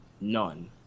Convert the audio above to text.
None